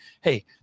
hey